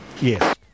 Yes